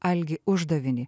algį uždavinį